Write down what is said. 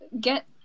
get